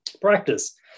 practice